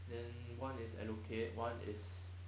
then one is allocate one is